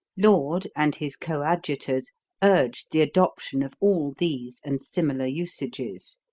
laud and his coadjutors urged the adoption of all these and similar usages.